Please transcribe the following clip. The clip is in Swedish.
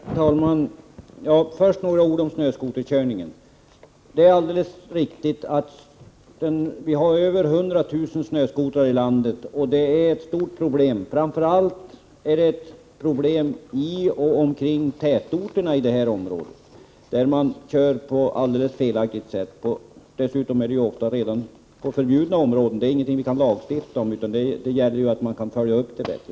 Herr talman! Först några ord om snöskoterkörning. Det är helt riktigt att vi har över 100 000 snöskotrar i landet. Framför allt i och omkring tätorterna i berörda områden är de ett stort problem, när man kör på ett felaktigt sätt. Dessutom kör man ofta på förbjudna områden. Men det är inte någonting som vi kan lagstifta om, utan det gäller att följa upp det hela.